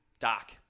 Doc